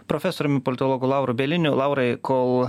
profesoriumi politologu lauru bieliniu laurai kol